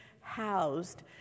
housed